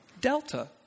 Delta